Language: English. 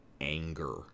anger